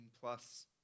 plus